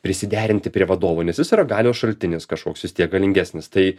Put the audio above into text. prisiderinti prie vadovo nes jis yra galios šaltinis kažkoks vis tiek galingesnis tai